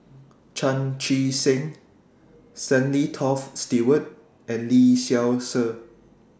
Chan Chee Seng Stanley Toft Stewart and Lee Seow Ser